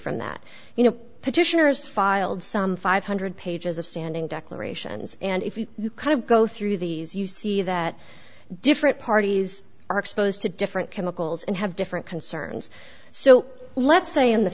from that you know petitioners filed some five hundred pages of standing declarations and if you kind of go through these you see that different parties are exposed to different chemicals and have different concerns so let's say in the